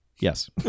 Yes